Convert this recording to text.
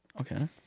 Okay